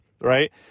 right